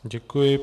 Děkuji.